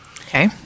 Okay